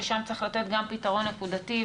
ששם צריך לתת גם פתרון נקודתי,